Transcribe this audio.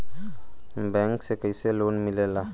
Bank से कइसे loan मिलेला?